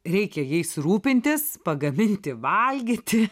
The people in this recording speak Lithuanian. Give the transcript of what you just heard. reikia jais rūpintis pagaminti valgyti